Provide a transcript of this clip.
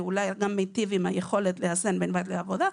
ואולי גם מיטיב את היכולת לאזן בין בית לבין עבודה,